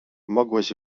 mogłeś